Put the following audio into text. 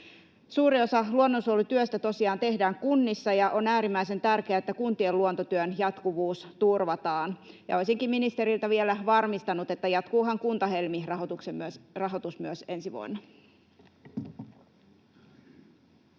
Suuri osa luonnonsuojelutyöstä tosiaan tehdään kunnissa, ja on äärimmäisen tärkeää, että kuntien luontotyön jatkuvuus turvataan. Olisinkin ministeriltä vielä varmistanut: jatkuuhan Kunta-Helmi-rahoitus myös ensi vuonna?